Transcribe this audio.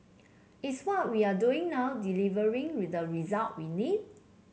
is what we are doing now delivering with the result we need